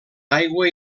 aigua